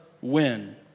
win